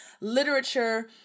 literature